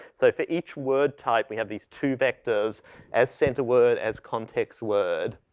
so for each word type, we have these two vectors as center word, as context word.